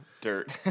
dirt